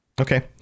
Okay